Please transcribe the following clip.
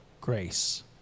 grace